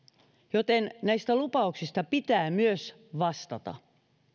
joten näistä lupauksista pitää myös vastata